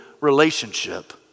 relationship